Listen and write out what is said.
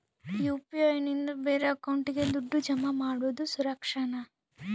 UPI ನಿಂದ ಬೇರೆ ಅಕೌಂಟಿಗೆ ದುಡ್ಡು ಜಮಾ ಮಾಡೋದು ಸುರಕ್ಷಾನಾ?